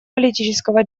политического